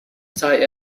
sei